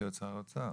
שר האוצר